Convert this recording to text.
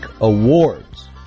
Awards